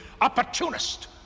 opportunist